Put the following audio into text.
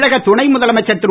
தமிழக துணை முதலமைச்சர் திரு